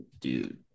Dude